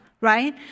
right